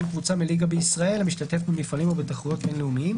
קבוצה מליגה בישראל המשתתפת במפעלים או בתחרויות בין-לאומיים,